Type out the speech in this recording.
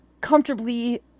comfortably